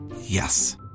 Yes